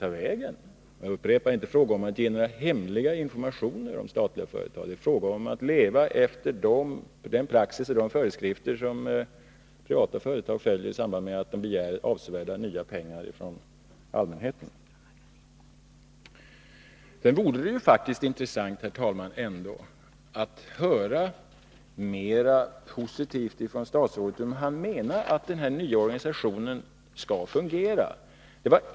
Jag upprepar att det inte är fråga om att ge några hemliga informationer om statliga företag, utan att det är fråga om att leva efter den praxis och de föreskrifter som privata företag följer i samband med att de begär avsevärda summor nya pengar från allmänheten. Det vore faktiskt intressant, herr talman, att få höra mera positiva saker från statrådet. Menar statsrådet att den nya organisationen skall fungera?